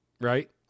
right